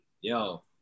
yo